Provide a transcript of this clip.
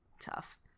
Tough